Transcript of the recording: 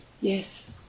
yes